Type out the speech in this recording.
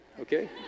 okay